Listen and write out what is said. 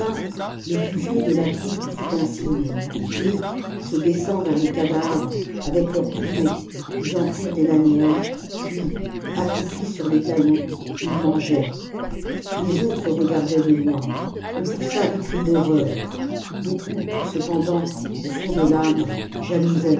le plus vieux de la troupe fit un signe et se baissant vers les cadavres avec leurs couteaux ils en prirent des lanières puis accroupis sur les talons ils mangeaient les autres regardaient de loin on poussa des cris d'horreur beaucoup cependant au fond de l'âme